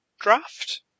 draft